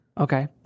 Okay